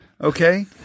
Okay